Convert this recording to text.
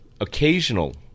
occasional